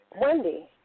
Wendy